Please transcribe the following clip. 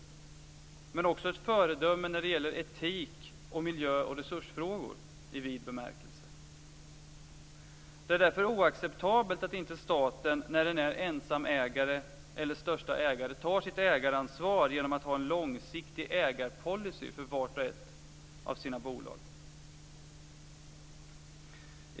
Men den skall också vara ett föredöme när det gäller etik och miljö och resursfrågor i vid bemärkelse. Det är därför oacceptabelt att inte staten, när den är ensamägare eller största ägare, tar sitt ägaransvar genom att ha en långsiktig ägarpolicy för vart och ett av sina bolag.